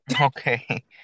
Okay